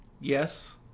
Yes